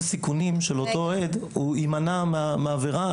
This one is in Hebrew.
סיכונים של אותו אוהד הוא יימנע מהעבירה.